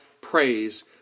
praise